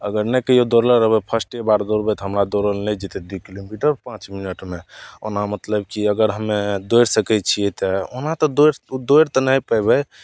अगर नहि कहियो दौड़ले रहबय फस्टेबार दौड़बय तऽ हमरा दौड़ल नहि जेतय दुइ किलोमीटर पाँच मिनटमे ओना मतलब की अगर हम्मे दोड़ि सकय छियै तऽ ओना तऽ दौड़ि दोड़ि तऽ नहि पैबय